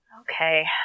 Okay